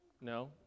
No